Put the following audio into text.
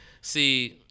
see